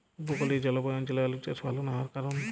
উপকূলীয় জলবায়ু অঞ্চলে আলুর চাষ ভাল না হওয়ার কারণ?